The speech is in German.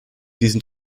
diesem